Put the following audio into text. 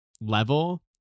level